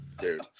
Dude